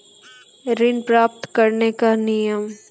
ऋण प्राप्त करने कख नियम?